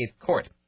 Court